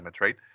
right